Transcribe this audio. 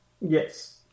yes